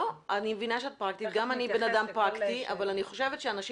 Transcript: גם אני בן אדם פרקטי אבל אני חושבת שאנשים